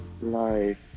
life